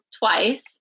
twice